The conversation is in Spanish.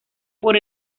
por